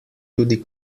tudi